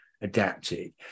adapted